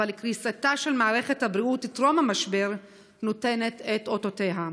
אבל קריסתה של מערכת הבריאות טרום המשבר נותנת את אותותיה.